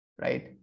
right